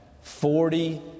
Forty